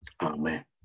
amen